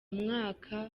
mwaka